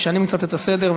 משנים קצת את הסדר,